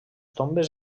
tombes